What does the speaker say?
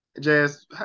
Jazz